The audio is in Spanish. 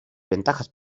ventajas